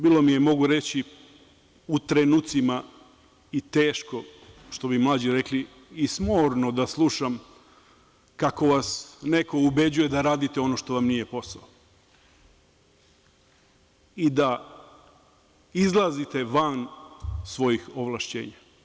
Bilo mi je, mogu reći, u trenucima i teško, što bi mlađi rekli „smorno“ da slušam kako vas neko ubeđuje da radite ono što vam nije posao i da izlazite van svojih ovlašćenja.